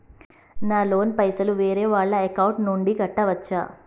నా లోన్ పైసలు వేరే వాళ్ల అకౌంట్ నుండి కట్టచ్చా?